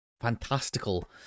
...fantastical